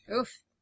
Oof